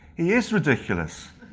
he is ridiculous,